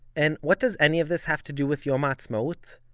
and what does any of this have to do with yom ha'atzmaut?